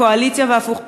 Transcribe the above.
קואליציה והפוך.